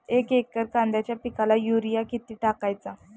एक एकर कांद्याच्या पिकाला युरिया किती टाकायचा?